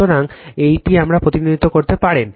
সুতরাং এই আমরা প্রতিনিধিত্ব করতে পারেন